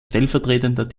stellvertretender